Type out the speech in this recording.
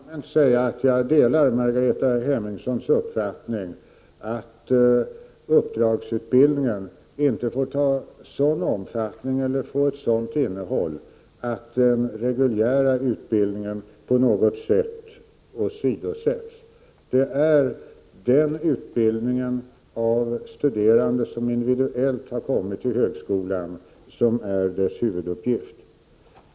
Herr talman! Jag vill allmänt säga att jag delar Margareta Hemmingssons uppfattning att uppdragsutbildningen inte får ta sådan omfattning eller ha ett sådant innehåll att den reguljära utbildningen på något vis åsidosätts. Det är utbildningen av studerande som individuellt har kommit till högskolan som är huvuduppgiften.